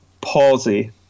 palsy